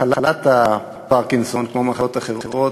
מחלת הפרקינסון, כמו מחלות אחרות,